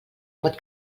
pot